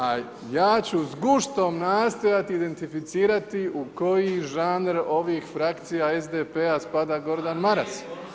A ja ću s guštom nastojati identificirati u koji žanr ovih frakcija SDP-a spada Gordan Maras.